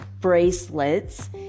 bracelets